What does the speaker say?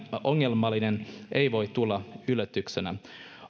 ongelmallinen ei voi tulla yllätyksenä